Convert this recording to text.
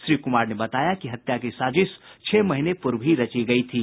श्री कुमार ने बताया कि हत्या की साजिश छह महीने पूर्व ही रची गयी थी